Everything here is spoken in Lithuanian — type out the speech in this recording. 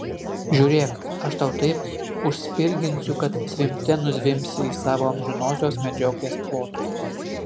žiūrėk aš tau taip užspirginsiu kad zvimbte nuzvimbsi į savo amžinosios medžioklės plotus